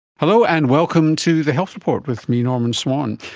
hello, and welcome to the health report with me, norman swan.